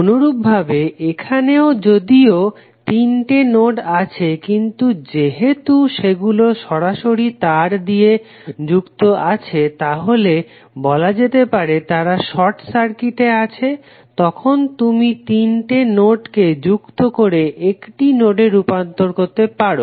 অনুরূপভাবে এখানেও যদিও তিনটে নোড আছে কিন্তু যেহেতু সেগুলো সরাসরি তার দিয়ে যুক্ত আছে তাহলে বলা যেতে পারে তারা সর্ট সার্কিটে আছে তখন তুমি তিনটে নোডকে যুক্ত করে একটি নোডে রুপান্তর করতে পারো